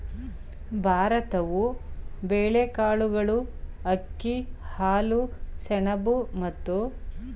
ಭಾರತವು ಬೇಳೆಕಾಳುಗಳು, ಅಕ್ಕಿ, ಹಾಲು, ಸೆಣಬು ಮತ್ತು ಹತ್ತಿಯ ವಿಶ್ವದ ಅತಿದೊಡ್ಡ ಉತ್ಪಾದಕವಾಗಿದೆ